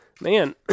man